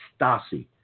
Stasi